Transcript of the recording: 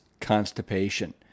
constipation